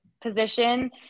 position